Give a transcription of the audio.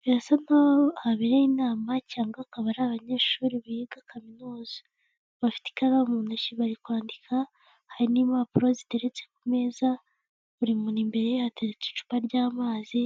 Birasa nkaho abereye inama cyangwa akaba ari abanyeshuri biga kaminuza bafite ikaramu mu ntoki bari kwandika hari n'impapuro ziteretse ku meza buri muntu imbere hatetse icupa ry'amazi